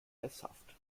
sesshaft